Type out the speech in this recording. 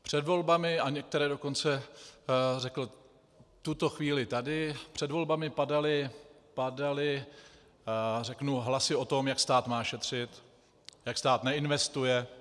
Před volbami a některé dokonce řekl v tuto chvíli tady před volbami padaly řeknu hlasy o tom, jak stát má šetřit, jak stát neinvestuje.